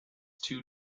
two